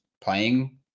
playing